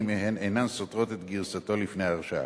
אם הן אינן סותרות את גרסתו לפני הרשעתו.